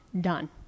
done